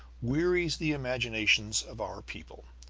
wearies the imaginations of our people,